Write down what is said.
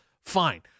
fine